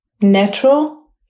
natural